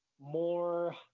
more